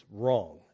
wrong